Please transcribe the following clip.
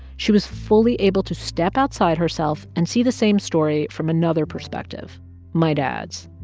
she was fully able to step outside herself and see the same story from another perspective my dad's.